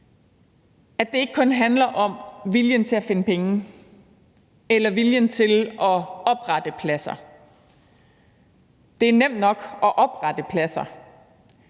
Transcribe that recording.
at det ikke kun handler om viljen til at finde pengene eller om viljen til at oprette pladser. Det er nemt nok at oprette pladser,